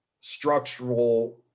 structural